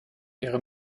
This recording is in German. ihre